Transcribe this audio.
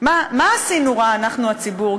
מה עשינו רע, אנחנו הציבור.